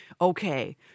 okay